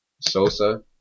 Sosa